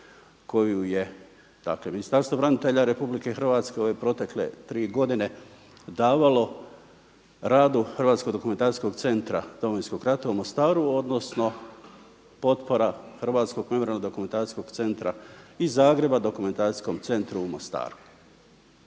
koju je dakle Ministarstvo branitelja Republike Hrvatske ove protekle tri godine davalo radu Hrvatskog dokumentacijskog centra Domovinskog rata u Mostaru, odnosno potpora Hrvatskog memorijalno-dokumentacijskog centra iz Zagreba dokumentacijskom centru u Mostaru.